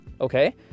okay